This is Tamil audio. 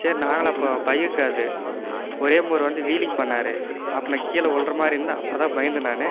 சரி நாங்களும் அப்போ பைக் அது ஒரே முறை வந்து வீலிங் பண்ணாரு அப்போ நான் கீழே வுழறமாரி இருந்தேன் அப்போதான் பயந்தேன் நான்